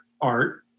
art